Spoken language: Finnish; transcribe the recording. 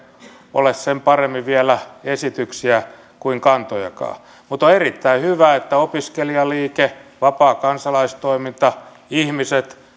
ole sen paremmin vielä esityksiä kuin kantojakaan mutta on erittäin hyvä että opiskelijaliike vapaa kansalaistoiminta ihmiset